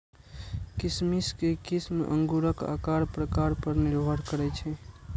किशमिश के किस्म अंगूरक आकार प्रकार पर निर्भर करै छै